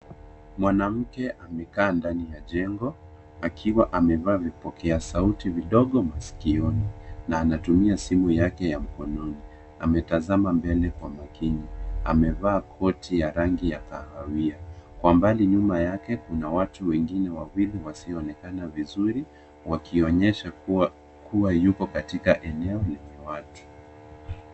Mwanamke amekaa ndani ya jengo, akiwa amevaa vipokeasauti vidogo masikioni. Na anatumia simu yake ya mkononi. Ametazama mbele kwa makini. Amevaa koti ya rangi ya kahawia. Kwa mbali nyuma yake ,kuna watu wengine wawili wasioonekana vizuri ,wakionyesha kuwa yupo katika eneo lenye watu.